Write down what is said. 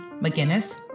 McGinnis